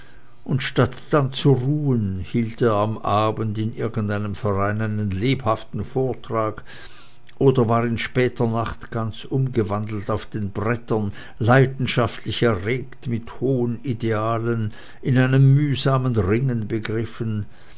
und statt dann zu ruhen hielt er am abend in irgendeinem verein einen lebhaften vortrag oder war in später nacht ganz umgewandelt auf den brettern leidenschaftlich erregt mit hohen idealen in einem mühsamen ringen begriffen